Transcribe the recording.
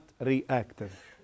reactive